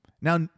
now